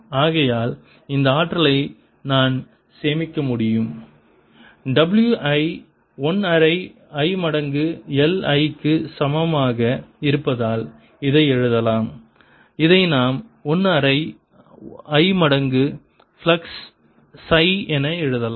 ஆகையால் இந்த ஆற்றலை நான் சேமிக்க முடியும் W ஐ 1 அரை I மடங்கு LI க்கு சமமாக இருப்பதால் இதை எழுதலாம் இதை நாம் 1 அரை I மடங்கு ஃப்ளக்ஸ் சை என எழுதலாம்